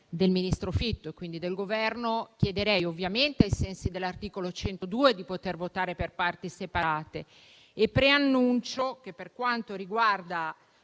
del ministro Fitto e, quindi, del Governo, chiederei, ai sensi dell'articolo 102 del Regolamento, di poter votare per parti separate e preannuncio che per quanto riguarda